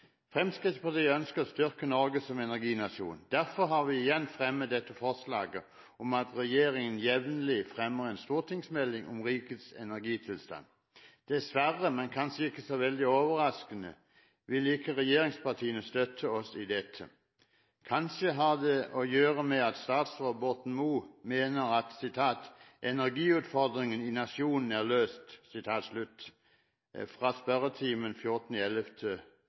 Fremskrittspartiet ønsker å styrke Norge som energinasjon. Derfor har vi igjen fremmet forslaget om at regjeringen jevnlig fremmer en stortingsmelding om rikets energitilstand. Dessverre, men kanskje ikke så veldig overraskende, ville ikke regjeringspartiene støtte oss i dette. Kanskje har det å gjøre med at statsråd Borten Moe mener at «energiutfordringene i denne nasjonen» er «løst» – fra spørretimen 14. november 2012. For oss som ikke er enig i